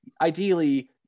ideally